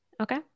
Okay